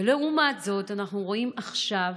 ולעומת זאת אנחנו רואים עכשיו